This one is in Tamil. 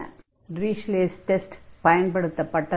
ஆகையால் டிரிஷ்லே'ஸ் டெஸ்ட் Dirichlet's test பயன்படுத்தப்பட்டது